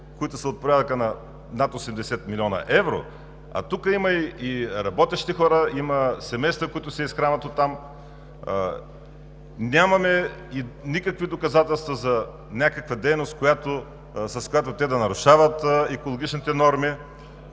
които са от порядъка на над 80 млн. евро, а тук има и работещи хора, има семейства, които се изхранват оттам. Нямаме никакви доказателства за някаква дейност, с която те да нарушават екологичните норми.